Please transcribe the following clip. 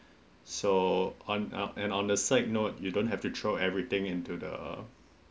so on a~ and on the set note you don't have to throw everything into the